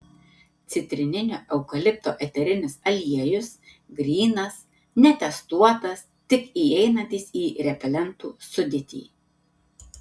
citrininio eukalipto eterinis aliejus grynas netestuotas tik įeinantis į repelentų sudėtį